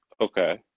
Okay